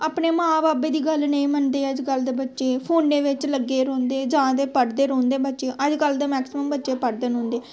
अपने मां बब्ब दी गल्ल नेईं सुनदे अजकल्ल दे बच्चे फोने बिच्च लग्गे दे रौंह्दे जां ते पढ़दे रौंह्दे बच्चे अजकल्ल ते मैक्सिमम बच्चे पढ़दे रौंह्दे